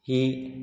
ही